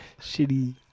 shitty